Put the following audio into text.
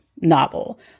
novel